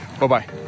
Bye-bye